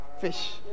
fish